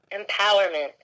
Empowerment